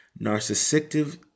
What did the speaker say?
narcissistic